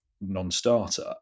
non-starter